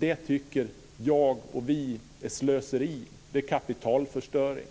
tycker vi är slöseri. Det är kapitalförstöring.